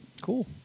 Cool